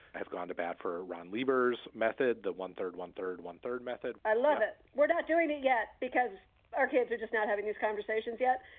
have gone to bat for ron lieber's method. the one third one. third, one third method i love it. we're not doing it yet because our kids are just not having these conversations yet.